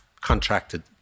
contracted